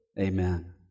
Amen